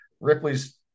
ripley's